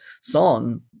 song